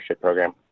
program